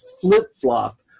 flip-flop